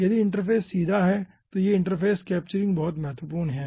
यदि इंटरफ़ेस सीधा है तो यह इंटरफ़ेस कैप्चरिंग बहुत महत्वपूर्ण है